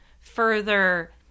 further